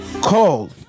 Call